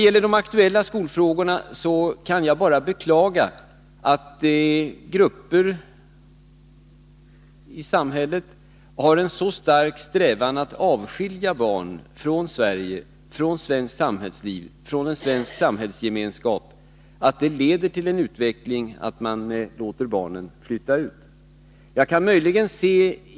I de aktuella skolfrågorna kan jag bara beklaga att det finns grupper i samhället som har en så stark strävan att avskilja barn från Sverige, från svenskt samhällsliv och från svensk samhällsgemenskap, att denna strävan leder till en utveckling som innebär att man låter barnen flytta ut från landet.